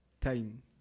Time